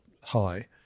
high